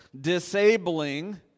disabling